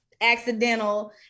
accidental